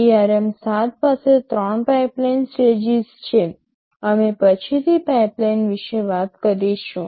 ARM 7 પાસે 3 pipeline stages છે અમે પછીથી પાઈપલાઈન વિશે વાત કરીશું